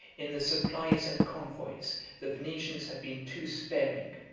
in the supplies and convoys the venetians had been too sparing,